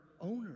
owners